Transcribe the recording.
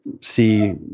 see